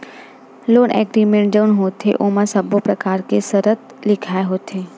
loan agreement जउन होथे ओमा सब्बो परकार के सरत लिखाय होथे